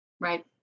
right